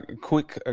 quick